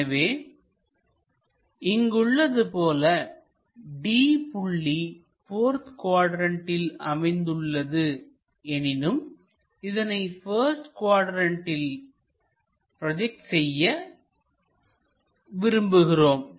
எனவே இங்கு உள்ளது போல D புள்ளி போர்த் குவாட்ரண்ட்டில் அமைந்துள்ளது எனினும் இதனை பஸ்ட் குவாட்ரண்ட்டில் ப்ரோஜெக்ட் செய்ய விரும்புகிறோம்